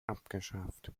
abgeschafft